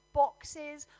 boxes